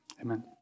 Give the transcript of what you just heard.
Amen